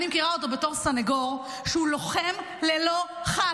אני מכירה אותו בתור סנגור שהוא לוחם ללא חת,